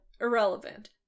irrelevant